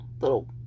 little